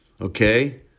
okay